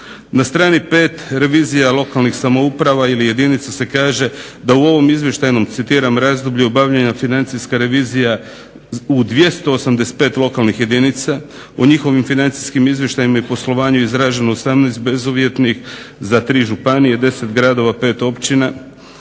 Na strani 5. revizija lokalnih samouprava ili jedinica se kaže da u ovom izvještajnom razdoblju obavljanja financijska revizija u 285 lokalnih jedinica, o njihovim financijskim izvještajima i poslovanju izraženo 18 bezuvjetnih za tri županije, 10 gradova, 5 općina